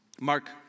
Mark